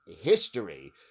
history